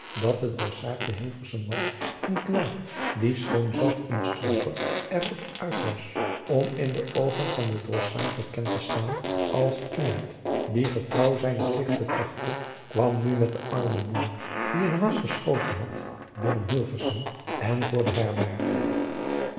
dat de drossaard te hilversum was een knaap die schoon zelf een strooper er op uit was om in de oogen van den drossaard bekend te staan als iemand die getrouw zijnen pligt betrachtte kwam nu met den armen boer die een haas geschoten had binnen hilversum en voor de herberg